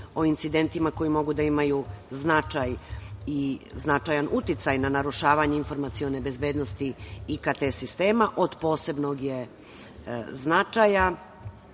o incidentima koji mogu da imaju značaj i značajan uticaj na narušavanje informacione bezbednosti IKT sistema od posebnog je značaja,